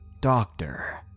doctor